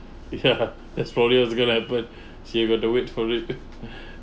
ya that's for real it's going to happen see we got to wait for it